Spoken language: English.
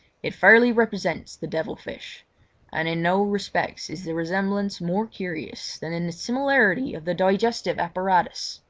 it fairly represents the devil fish and in no respects is the resemblance more curious than in the similarity of the digestive apparatus.